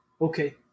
okay